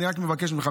אני רק מבקש ממך,